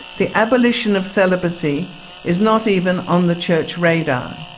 the abolition of celibacy is not even on the church radar.